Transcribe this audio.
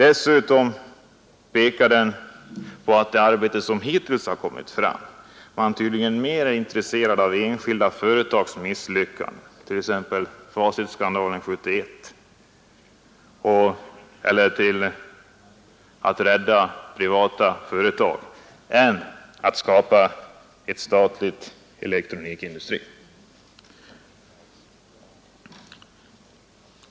De resultat som hittills har kommit fram pekar på att man tydligen är mera intresserad av enskilda företags misslyckanden — t.ex. Facit 1971 — eller av att rädda privatföretag än att skapa en statlig elektronikindustri.